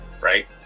right